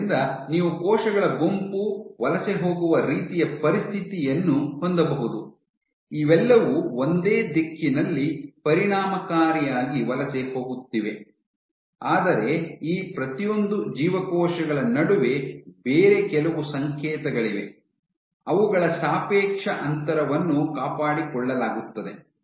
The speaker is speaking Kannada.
ಆದ್ದರಿಂದ ನೀವು ಕೋಶಗಳ ಗುಂಪು ವಲಸೆ ಹೋಗುವ ರೀತಿಯ ಪರಿಸ್ಥಿತಿಯನ್ನು ಹೊಂದಬಹುದು ಇವೆಲ್ಲವೂ ಒಂದೇ ದಿಕ್ಕಿನಲ್ಲಿ ಪರಿಣಾಮಕಾರಿಯಾಗಿ ವಲಸೆ ಹೋಗುತ್ತಿವೆ ಆದರೆ ಈ ಪ್ರತಿಯೊಂದು ಜೀವಕೋಶಗಳ ನಡುವೆ ಬೇರೆ ಕೆಲವು ಸಂಕೇತಗಳಿವೆ ಅವುಗಳ ಸಾಪೇಕ್ಷ ಅಂತರವನ್ನು ಕಾಪಾಡಿಕೊಳ್ಳಲಾಗುತ್ತದೆ